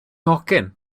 nhocyn